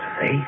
faith